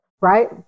Right